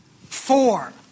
Four